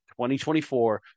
2024